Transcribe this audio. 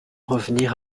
revenir